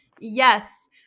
yes